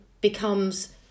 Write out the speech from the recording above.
becomes